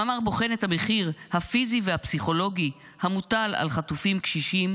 המאמר בוחן את המחיר הפיזי והפסיכולוגי המוטל על חטופים קשישים,